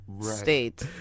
state